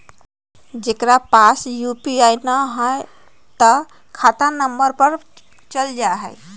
जेकरा पास यू.पी.आई न है त खाता नं पर चल जाह ई?